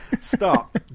Stop